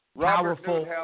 powerful